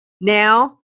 now